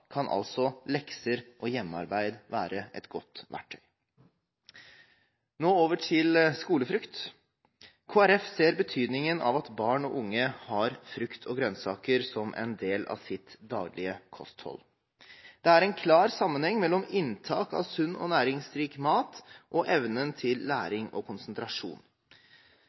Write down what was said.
kan lekser og hjemmearbeid være et godt verktøy. Over til skolefrukt: Kristelig Folkeparti ser betydningen av at barn og unge har frukt og grønnsaker som en del av sitt daglige kosthold. Det er en klar sammenheng mellom inntak av sunn og næringsrik mat og evnen til læring og konsentrasjon.